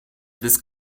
this